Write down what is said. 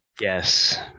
Yes